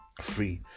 free